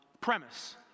Premise